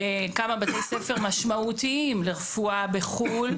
כמה בתי ספר משמעותיים לרפואה בחו"ל,